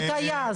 הוא טייס,